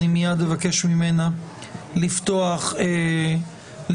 מיד אבקש ממנה לפתוח בדברים.